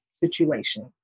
situation